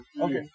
Okay